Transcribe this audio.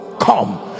come